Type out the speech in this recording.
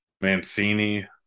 Mancini